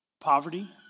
Poverty